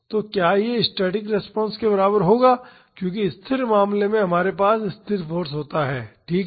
तो क्या यह स्टैटिक रिस्पांस के बराबर होगा क्योंकि स्थिर मामले में हमारे पास स्थिर फाॅर्स होता है ठीक है